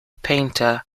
painter